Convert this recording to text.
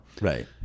right